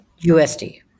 USD